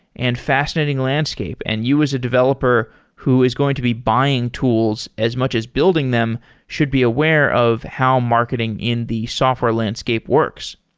and fascinating landscape, and you as a developer who is going to be buying tools as much as building them should be aware of how marketing in the software landscape works.